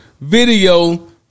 video